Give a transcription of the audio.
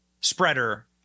spreader